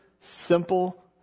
simple